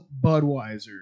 Budweiser